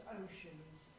oceans